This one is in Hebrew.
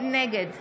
נגד